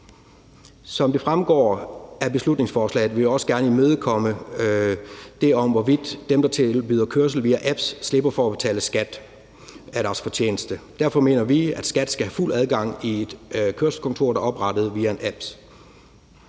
Som det fremgår af beslutningsforslaget, vil vi også gerne være imødekommende i forbindelse med det om, hvorvidt dem, der tilbyder kørsel via apps, slipper for at betale skat af deres fortjeneste. Derfor mener vi, at skattevæsenet skal have fuld adgang til et kørselskontor, der er oprettet via en app.